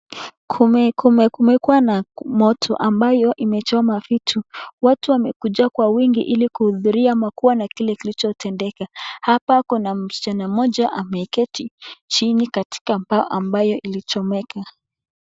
Kume kume kumekuwa na moto ambayo imechoma vitu. watu wamekuja kwa wengi ili kuhudhuria ama kuona kilichotendeka. Hapa kuna msichana moja ameketi chini katika mbao ambayo ambyo imechomeka